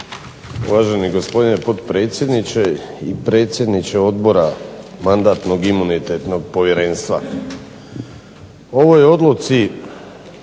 Uvaženi gospodine potpredsjedniče, predsjedniče odbora Mandatno-imunitetnog povjerenstva. U ovoj odluci